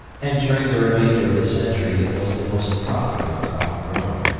and during the remainder of the century it was the most profitable crop grown.